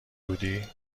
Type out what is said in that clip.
بودی